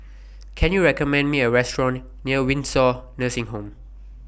Can YOU recommend Me A Restaurant near Windsor Nursing Home